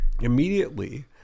immediately